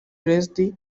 blessed